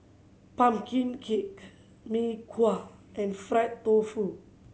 pumpkin cake Mee Kuah and fried tofu